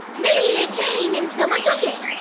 maybe it came and someone took it?